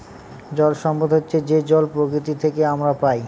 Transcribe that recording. জল সম্পদ হচ্ছে যে জল প্রকৃতি থেকে আমরা পায়